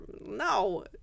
No